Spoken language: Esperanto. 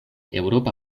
eŭropa